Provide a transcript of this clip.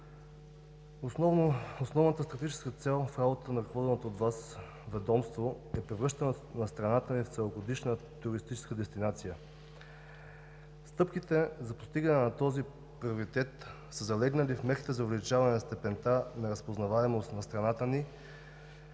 основната стратегическа цел в работата на ръководеното от Вас ведомство е превръщането на страната ни в целогодишна туристическа дестинация. Стъпките за постигане на този приоритет са залегнали в мерките за увеличаване на степента на разпознаваемост на страната ни